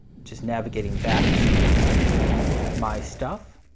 just navigating back to my stuff